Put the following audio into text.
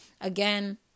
Again